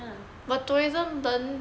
but tourism learn